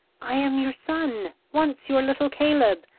i am your son once your little caleb,